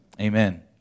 Amen